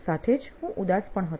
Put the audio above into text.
સાથે જ હું ઉદાસ પણ હતો